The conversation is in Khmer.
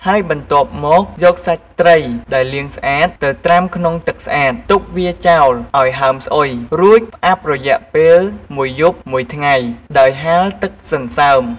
ហើយបន្ទាប់មកយកសាច់ត្រីដែលលាងស្អាត ទៅត្រាំក្នុងទឹកស្អាត ទុកវាចោលឱ្យហើមស្អុយ រួចផ្អាប់រយៈពេលមួយយប់មួយថ្ងៃ ដោយហាលទឹកសន្សើម។